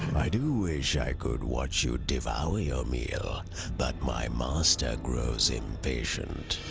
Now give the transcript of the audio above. i do wish i could watch you devour your meal but my master grows impatient.